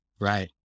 Right